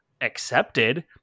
accepted